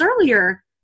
earlier